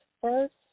first